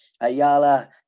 Ayala